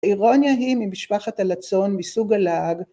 ‫אירוניה היא ממשפחת הלצון ‫מסוג הלאג.